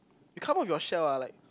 you come out of your shell ah like